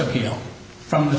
appeal from the